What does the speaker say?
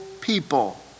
people